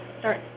start